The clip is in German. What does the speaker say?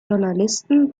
journalisten